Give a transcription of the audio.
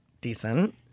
decent